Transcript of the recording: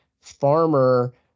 farmer